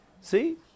See